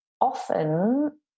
Often